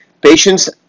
Patients